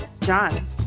john